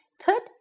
Put